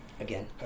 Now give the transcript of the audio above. Again